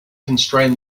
constrain